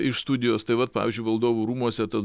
iš studijos tai vat pavyzdžiui valdovų rūmuose tas